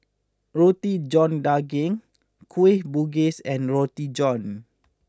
Roti John Daging Kueh Bugis and Roti John